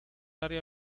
área